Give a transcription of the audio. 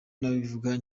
nabivuze